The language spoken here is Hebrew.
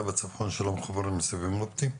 בצפון שלא מחוברים לסיבים אופטיים?